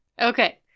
okay